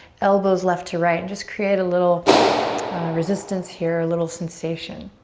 elbows left to right, and just create a little resistance here, a little sensation.